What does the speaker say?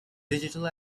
digital